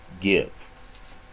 give